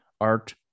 Art